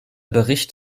bericht